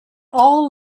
all